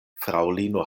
fraŭlino